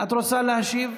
את רוצה להשיב?